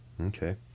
Okay